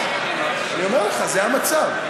אני אומר לך, זה המצב.